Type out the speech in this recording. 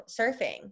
surfing